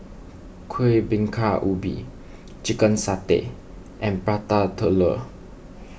Kuih Bingka Ubi Chicken Satay and Prata Telur